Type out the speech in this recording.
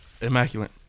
Immaculate